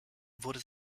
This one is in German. wurde